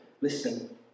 listen